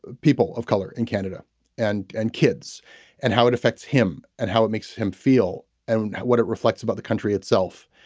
people of color in canada and and kids and how it affects him and how it makes him feel and what it reflects about the country itself.